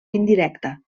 indirecta